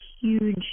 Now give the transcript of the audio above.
huge